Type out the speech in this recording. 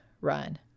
run